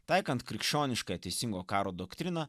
taikant krikščioniškąją teisingo karo doktriną